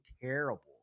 terrible